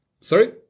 Sorry